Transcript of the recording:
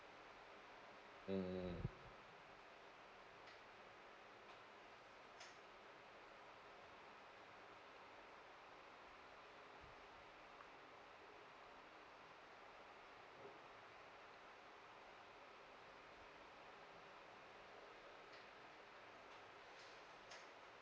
mm mm mm